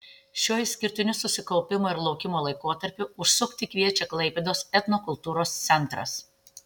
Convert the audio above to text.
šiuo išskirtiniu susikaupimo ir laukimo laikotarpiu užsukti kviečia klaipėdos etnokultūros centras